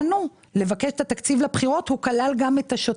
הוא כלל גם את השוטף.